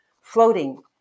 floating